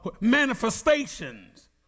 manifestations